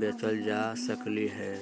बेचल जा सकली ह?